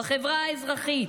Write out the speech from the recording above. בחברה האזרחית,